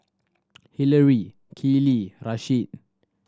Hillary Keeley Rasheed